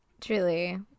Truly